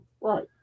right